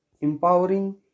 empowering